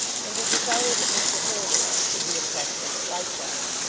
and a desire that mr haredale should be impressed with it likewise.